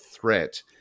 threat